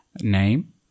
name